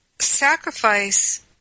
Sacrifice